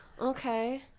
Okay